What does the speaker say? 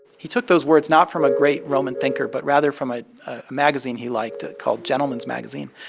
he took those words not from a great roman thinker but rather from a magazine he liked called gentleman's magazine.